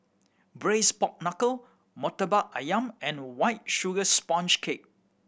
Braised Pork Knuckle Murtabak Ayam and White Sugar Sponge Cake